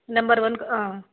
number one